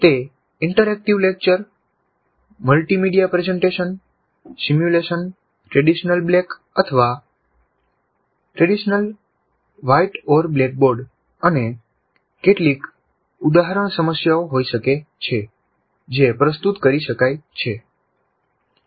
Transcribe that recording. તે interactive lecture multimedia presentation simulation traditional black અથવા white board અને કેટલીક ઉદાહરણ સમસ્યાઓ હોઈ શકે છે જે પ્રસ્તુત કરી શકાય છે